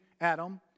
Adam